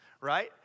right